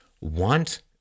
want